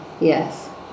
Yes